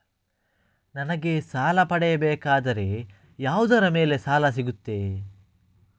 ನನಗೆ ಸಾಲ ಪಡೆಯಬೇಕಾದರೆ ಯಾವುದರ ಮೇಲೆ ಸಾಲ ಸಿಗುತ್ತೆ?